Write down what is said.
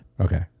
okay